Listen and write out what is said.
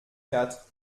quatre